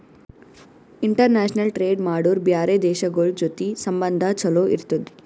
international trade ಮಾಡುರ್ ಬ್ಯಾರೆ ದೇಶಗೋಳ್ ಜೊತಿ ಸಂಬಂಧ ಛಲೋ ಇರ್ತುದ್